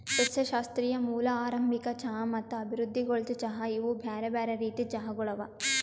ಸಸ್ಯಶಾಸ್ತ್ರೀಯ ಮೂಲ, ಆರಂಭಿಕ ಚಹಾ ಮತ್ತ ಅಭಿವೃದ್ಧಿಗೊಳ್ದ ಚಹಾ ಇವು ಬ್ಯಾರೆ ಬ್ಯಾರೆ ರೀತಿದ್ ಚಹಾಗೊಳ್ ಅವಾ